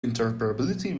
interoperability